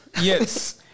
Yes